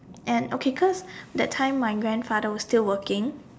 and okay cause that time my grandfather was still working